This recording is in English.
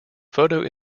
photo